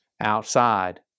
outside